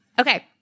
Okay